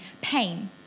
pain